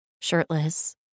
shirtless